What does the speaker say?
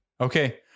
Okay